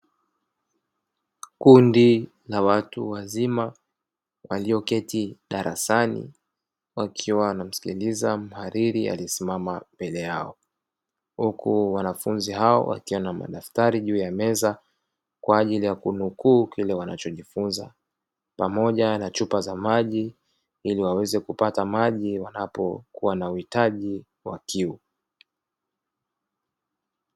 Kundi la watu wazima walioketi darasani wakiwa wanamsikiliza mhariri aliyesimama mbele yao. Huku wanafunzi hao wakiwa na madaftari juu ya meza kwa ajili ya kunukuu kile wanachojifunza, pamoja na chupa za maji ili waweze kupati maji wanapokua na uhitaji wa kiu.